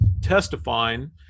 testifying